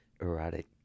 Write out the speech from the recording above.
erotic